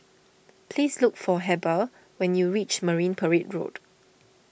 please look for Heber when you reach Marine Parade Road